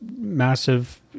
Massive